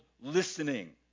listening